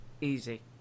Easy